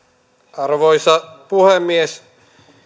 arvoisa puhemies